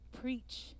preach